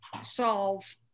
solve